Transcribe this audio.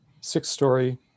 six-story